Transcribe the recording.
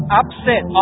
upset